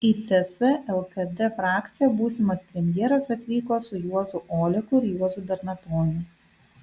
į ts lkd frakciją būsimas premjeras atvyko su juozu oleku ir juozu bernatoniu